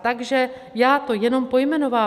Takže já to jenom pojmenovávám.